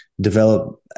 develop